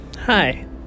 Hi